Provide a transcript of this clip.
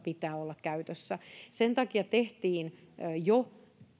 pitää olla laajassa mittakaavassa käytössä sen takia tehtiin